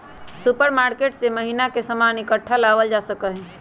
supermarket से महीना के सामान इकट्ठा लावल जा सका हई